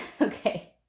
okay